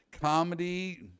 comedy